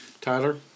Tyler